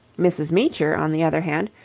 mrs. meecher, on the other hand,